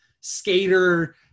skater